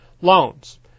loans